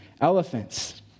elephants